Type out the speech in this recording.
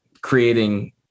creating